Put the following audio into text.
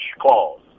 clause